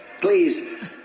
please